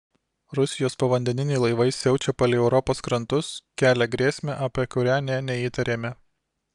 rusijos povandeniniai laivai siaučia palei europos krantus kelia grėsmę apie kurią nė neįtarėme